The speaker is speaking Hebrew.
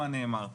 מה נאמר?